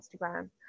Instagram